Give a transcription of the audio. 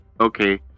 okay